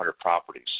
properties